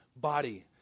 body